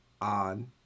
on